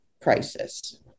crisis